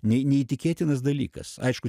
ne neįtikėtinas dalykas aišku